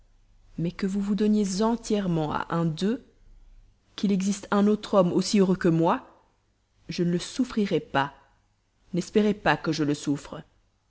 mais que vous vous donniez entièrement à un d'eux qu'il existe un autre homme aussi heureux que moi je ne le souffrirai pas n'espérez pas que je le souffre